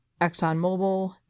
ExxonMobil